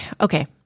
okay